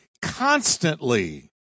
constantly